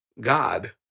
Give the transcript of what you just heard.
god